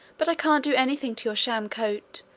but can't do anything to your sham coat,